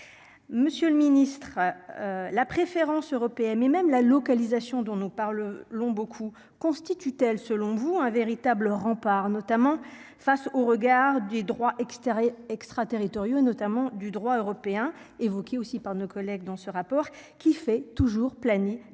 monsieur le ministre, la préférence européenne et même la localisation dont nous parle le long beaucoup constitue-t-elle, selon vous, un véritable rempart notamment face au regard du droit extérieur extraterritoriaux notamment du droit européen évoqué aussi par nos collègues dans ce rapport qui fait toujours planer des